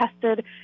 tested